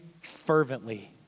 fervently